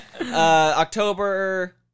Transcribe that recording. October